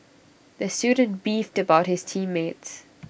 the student beefed about his team mates